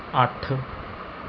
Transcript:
ਅੱਠ